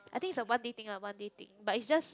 I think is a one day thing ah one day thing but is just